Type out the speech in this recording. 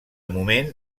moment